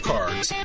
Cards